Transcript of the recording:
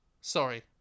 sorry